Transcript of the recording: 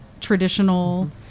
traditional